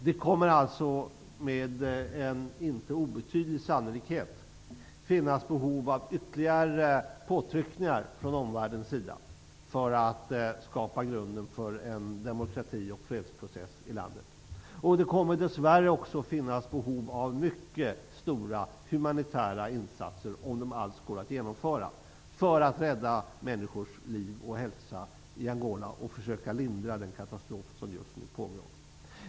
Det kommer alltså med inte obetydlig sannolikhet att finnas behov av ytterligare påtryckningar från omvärldens sida för att skapa grunden för en demokrati och fredsprocess i Angola. Det kommer dess värre också att finnas behov av mycket stora humanitära insatser, om nu sådana alls går att genomföra, för att rädda människors liv och hälsa och försöka lindra den katastrof som just nu pågår.